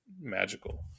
magical